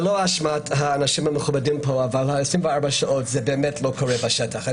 לא אשמת האנשים המכובדים שנמצאים כאן אבל 24 שעות זה באמת לא קורה בשטח.